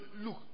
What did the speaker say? look